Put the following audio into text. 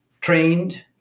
trained